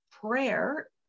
prayer